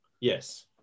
Yes